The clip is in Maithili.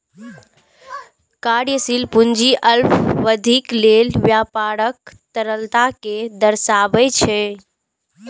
कार्यशील पूंजी अल्पावधिक लेल व्यापारक तरलता कें दर्शाबै छै